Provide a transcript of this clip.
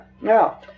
Now